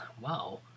Wow